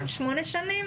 שמונה שנים?